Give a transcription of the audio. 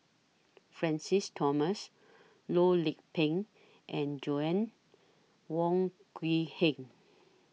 Francis Thomas Loh Lik Peng and Joanna Wong Quee Heng